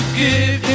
give